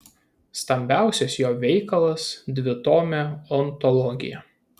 stambiausias jo veikalas dvitomė ontologija